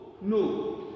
No